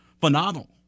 phenomenal